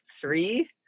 three